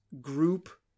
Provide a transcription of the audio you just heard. group